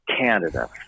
Canada